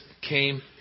came